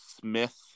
Smith